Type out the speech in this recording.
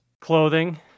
Clothing